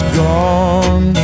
gone